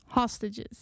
hostages